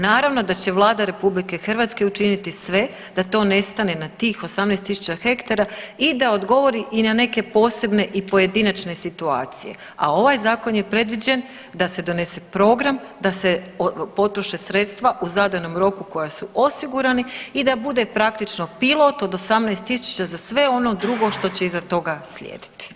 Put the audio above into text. Naravno da će Vlada RH učiniti sve da to ne stane na tih 18 tisuća hektara i da odgovori i na neke posebne i pojedinačne situacije, a ovaj zakon je predviđen da se donese program, da se potroše sredstva u zadanom roku koja su osigurani i da bude praktično pilot od 18 tisuća za sve ono drugo što će iza toga slijediti.